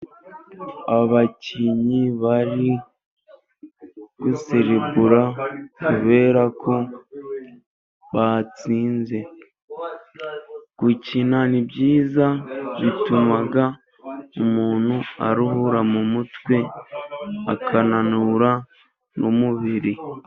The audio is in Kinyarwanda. Abakinnyi bari guserebura kubera ko batsinze. Gukina ni byiza bituma umuntu aruhura mu mutwe, akananura n'umubiri.